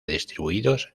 distribuidos